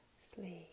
sleep